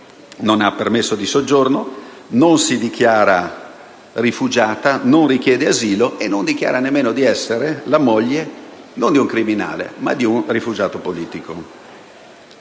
non ha permesso di soggiorno, non si dichiara rifugiata, non richiede asilo e non dichiara nemmeno di essere la moglie non di un criminale, ma di un rifugiato politico.